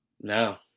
No